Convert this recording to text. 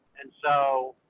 and so,